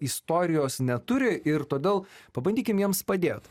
istorijos neturi ir todėl pabandykim jiems padėt